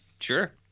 Sure